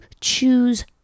choose